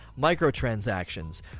microtransactions